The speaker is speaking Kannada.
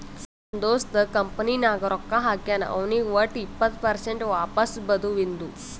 ನಮ್ ದೋಸ್ತ ಕಂಪನಿ ನಾಗ್ ರೊಕ್ಕಾ ಹಾಕ್ಯಾನ್ ಅವ್ನಿಗ್ ವಟ್ ಇಪ್ಪತ್ ಪರ್ಸೆಂಟ್ ವಾಪಸ್ ಬದುವಿಂದು